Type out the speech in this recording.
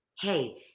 Hey